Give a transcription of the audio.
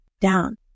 down